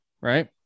Right